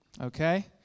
Okay